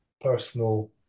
personal